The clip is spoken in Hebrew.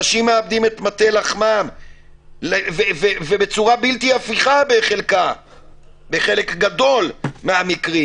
אנשים מאבדים את מטה לחמם ובצורה בלתי הפיכה בחלק גדול מהמקרים.